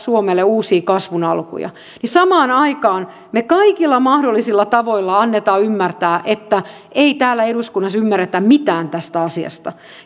suomelle uusia kasvun alkuja niin samaan aikaan me kaikilla mahdollisilla tavoilla annamme ymmärtää että ei täällä eduskunnassa ymmärretä mitään tästä asiasta